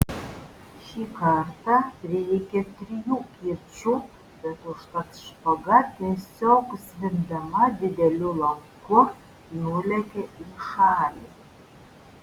šį kartą prireikė trijų kirčių bet užtat špaga tiesiog zvimbdama dideliu lanku nulėkė į šalį